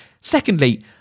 secondly